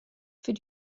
für